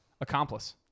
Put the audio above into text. accomplice